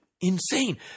insane